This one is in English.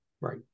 Right